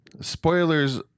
Spoilers